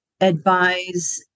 advise